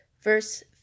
verse